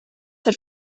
had